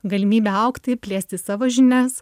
galimybė augti plėsti savo žinias